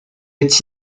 est